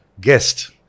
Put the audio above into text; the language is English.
guest